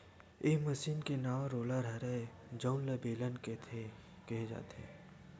ए मसीन के नांव रोलर हरय जउन ल बेलन केहे जाथे